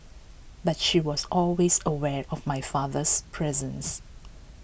but she was always aware of my father's presence